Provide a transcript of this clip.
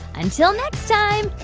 until next time,